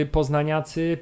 Poznaniacy